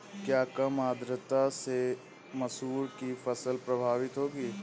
क्या कम आर्द्रता से मसूर की फसल प्रभावित होगी?